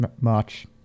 March